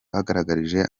bagaragarije